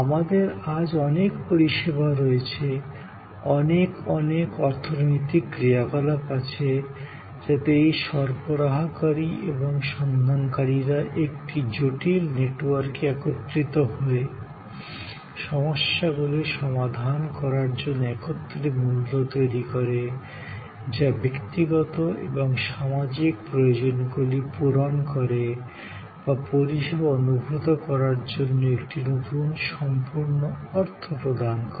আমাদের আজ অনেক পরিষেবা রয়েছে অনেক অনেক অর্থনৈতিক ক্রিয়াকলাপ আছে যাতে এই সরবরাহকারী এবং সন্ধানকারীরা একটি জটিল নেটওয়ার্কে একত্রিত হয়ে সমস্যাগুলি সমাধান করার জন্য একত্রে মূল্য তৈরি করে যা ব্যক্তিগত এবং সামাজিক প্রয়োজনগুলি পূরণ করে বা পরিষেবা অনুভূত করার জন্য একটি নতুন সম্পূর্ণ অর্থ প্রদান করে